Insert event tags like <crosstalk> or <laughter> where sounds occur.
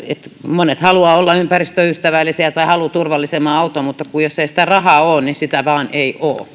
monet haluavat olla ympäristöystävällisiä tai haluavat turvallisemman auton mutta jos ei sitä rahaa ole niin sitä vain ei ole <unintelligible>